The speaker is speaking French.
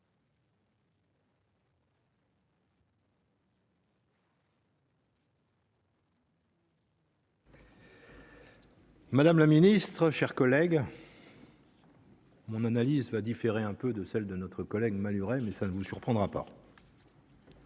Madame la Ministre, chers collègues. Mon analyse va différer un peu de celle de notre collègue Maluret mais cela ne vous surprendra pas.